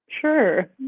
Sure